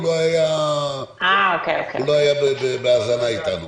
הוא לא היה בהאזנה איתנו.